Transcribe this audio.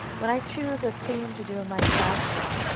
when i choose a theme to do in my classroom,